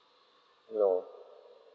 no